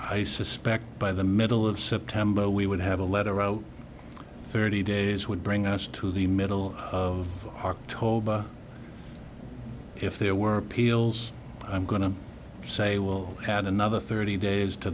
i suspect by the middle of september we would have a letter o thirty days would bring us to the middle of october if there were peels i'm going to say will add another thirty days to